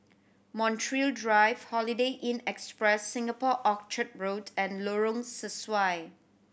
Montreal Drive Holiday Inn Express Singapore Orchard Road and Lorong Sesuai